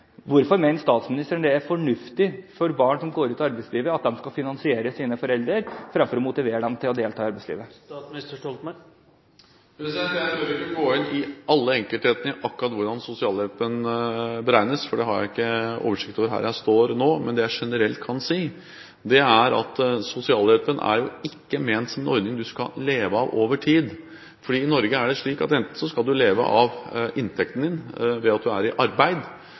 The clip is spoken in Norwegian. Hvorfor mener statsministeren det er fornuftig at barn som går ut i arbeidslivet, skal finansiere sine foreldre fremfor at man motiverer dem til å delta i arbeidslivet? Jeg tør ikke gå inn i alle enkelthetene i akkurat hvordan sosialhjelpen beregnes, for det har jeg ikke oversikt over her jeg står nå. Men det jeg generelt kan si, er at sosialhjelpen ikke er ment som en ordning du skal leve av over tid. I Norge er det slik at enten skal du leve av inntekten din ved at du er i arbeid,